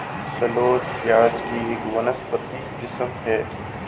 shallot प्याज़ की एक वानस्पतिक किस्म है